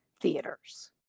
theaters